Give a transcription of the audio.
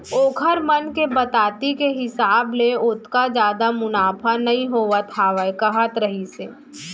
ओखर मन के बताती के हिसाब ले ओतका जादा मुनाफा नइ होवत हावय कहत रहिस हे